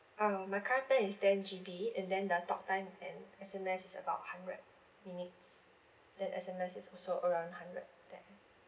uh my current plan is ten G_B and then the talktime and S_M_S is about hundred minutes then S_M_S is also around hundred there